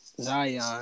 Zion